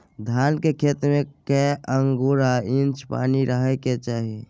धान के खेत में कैए आंगुर आ इंच पानी रहै के चाही?